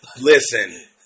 Listen